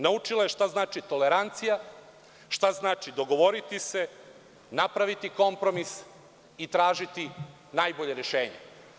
Naučila je šta znači tolerancija, šta znači dogovoriti se, napraviti kompromis i tražiti najbolje rešenje.